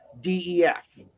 DEF